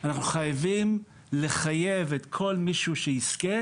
אנחנו חייבים לחייב את כל מי שיזכה,